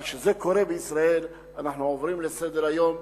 אבל כשזה קורה בישראל אנחנו עוברים לסדר-היום,